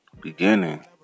beginning